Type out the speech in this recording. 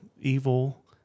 evil